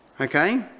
okay